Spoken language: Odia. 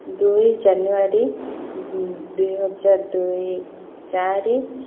ଦୁଇ ଜାନୁଆରୀ ଦୁଇହଜାର ଦୁଇ ଚାରି